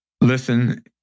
listen